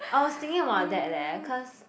I was thinking about that leh cause